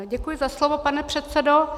Děkuji za slovo, pane předsedo.